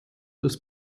des